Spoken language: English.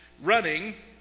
running